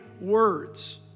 words